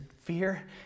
fear